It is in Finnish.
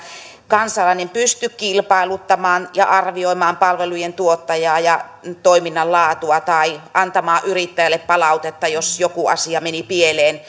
kansalainen ei pysty kilpailuttamaan ja arvioimaan palvelujen tuottajaa ja toiminnan laatua tai antamaan yrittäjälle palautetta jos joku asia meni pieleen